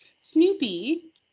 Snoopy